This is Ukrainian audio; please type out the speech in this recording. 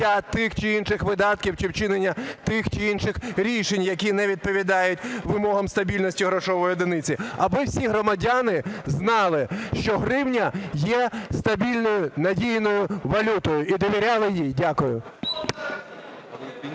тих чи інших видатків чи вчинення тих чи інших рішень, які не відповідають вимогам стабільності грошової одиниці. Аби всі громадяни знали, що гривня є стабільною, надійною валютою і довіряли їй. Дякую.